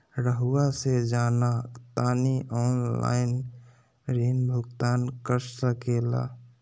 रहुआ से जाना तानी ऑनलाइन ऋण भुगतान कर सके ला?